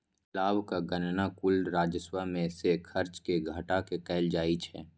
लाभक गणना कुल राजस्व मे सं खर्च कें घटा कें कैल जाइ छै